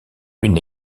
une